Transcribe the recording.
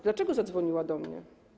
Dlaczego zadzwoniła do mnie?